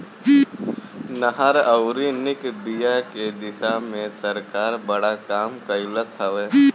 नहर अउरी निक बिया के दिशा में सरकार बड़ा काम कइलस हवे